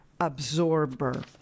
absorber